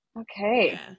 okay